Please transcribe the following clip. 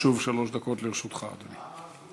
שוב, שלוש דקות לרשותך, אדוני.